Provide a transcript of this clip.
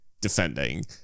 defending